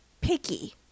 picky